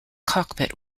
cockpit